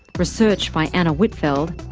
research by anna whitfeld,